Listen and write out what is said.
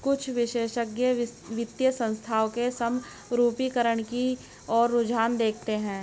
कुछ विशेषज्ञ वित्तीय संस्थानों के समरूपीकरण की ओर रुझान देखते हैं